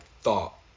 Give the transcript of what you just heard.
thought